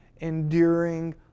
enduring